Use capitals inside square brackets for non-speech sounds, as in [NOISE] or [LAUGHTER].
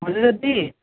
हजुर [UNINTELLIGIBLE]